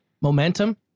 momentum